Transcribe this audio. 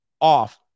off